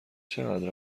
چقدر